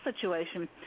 situation